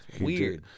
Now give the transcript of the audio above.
weird